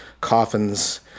coffins